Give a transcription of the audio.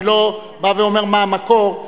אני לא בא ואומר מה המקור,